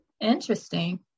Interesting